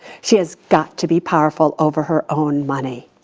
she has got to be powerful over her own money.